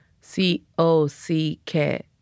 C-O-C-K